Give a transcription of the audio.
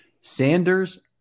Sanders